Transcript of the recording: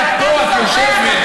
את פה, את יושבת.